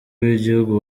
w’igihugu